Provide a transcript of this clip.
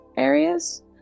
areas